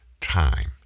time